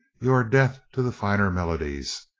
you are deaf to the finer melodies.